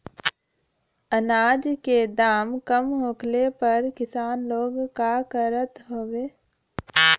अनाज क दाम कम होखले पर किसान लोग का करत हवे?